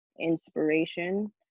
inspiration